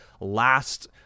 last